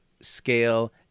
scale